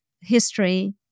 history